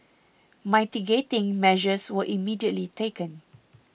mitigating measures were immediately taken